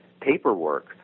paperwork